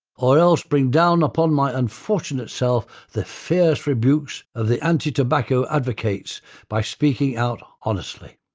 or else bring down upon my unfortunate self the fierce rebukes of the anti-tobacco advocates by speaking out honestly.